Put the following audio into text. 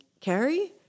Carrie